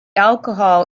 alcohol